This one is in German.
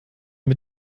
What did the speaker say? mit